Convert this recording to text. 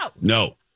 No